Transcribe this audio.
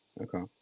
Okay